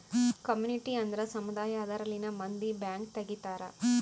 community ಅಂದ್ರ ಸಮುದಾಯ ಅದರಲ್ಲಿನ ಮಂದಿ ಬ್ಯಾಂಕ್ ತಗಿತಾರೆ